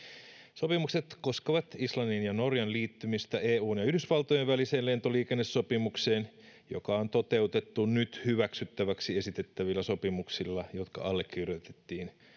sopimukset koskevat islannin ja norjan liittymistä eun ja yhdysvaltojen väliseen lentoliikennesopimukseen joka on toteutettu nyt hyväksyttäväksi esitettävillä sopimuksilla jotka allekirjoitettiin